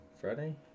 Friday